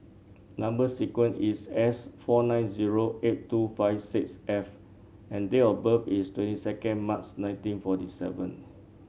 number sequence is S four nine zero eight two five six F and date of birth is twenty second March nineteen forty seven